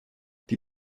die